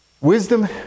Wisdom